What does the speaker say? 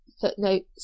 footnote